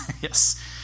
Yes